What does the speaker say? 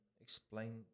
explain